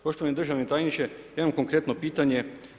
Poštovani državni tajniče, ja imam konkretno pitanje.